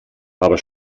aber